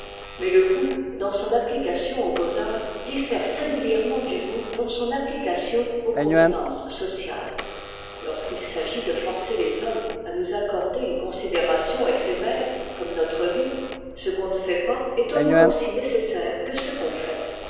mais le goût dans son application aux beauxarts diffère singulièrement du goût dans son application aux convenances sociales lorsqu'il s'agit de forcer lés hommes à nous accorder une considération éphémère comme notre vie ce qu'on ne fait pas est au moins aussi nécessaire que ce qu'on fait